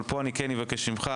אבל פה כן אבקש ממך,